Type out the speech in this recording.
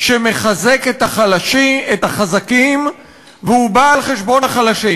שמחזק את החזקים והוא בא על חשבון החלשים.